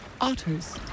Otters